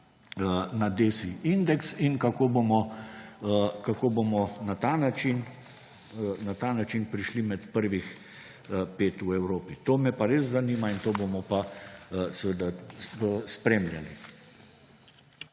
na DSI indeks in kako bomo na ta način prišli med prvih 5 v Evropi. To me pa res zanima in to bomo pa seveda spremljali.